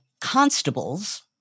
constables